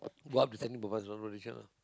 what we send him because